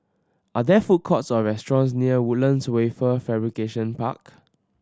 are there food courts or restaurants near Woodlands Wafer Fabrication Park